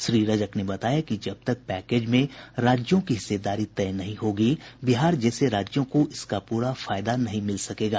श्री रजक ने बताया कि जब तक पैकेज में राज्यों की हिस्सेदारी तय नहीं होगी बिहार जैसे राज्यों को इसका पूरा फायदा नहीं मिल सकेगा